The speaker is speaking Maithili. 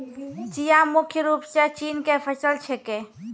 चिया मुख्य रूप सॅ चीन के फसल छेकै